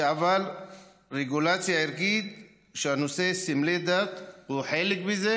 אבל רגולציה ערכית, ונושא סמלי דת הוא חלק מזה,